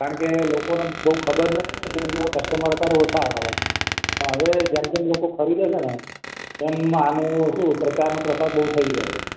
કારણ કે લોકોને બહુ ખબર નથી કસ્ટમર અત્યારે ઓછાં આવે છે હવે જેમ જેમ લોકો ફરી લેશે ને તેમ આનું શું પ્રચાર અને પ્રસાર બહુ થઈ રહ્યો છે